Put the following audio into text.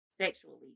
sexually